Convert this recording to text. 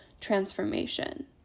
transformation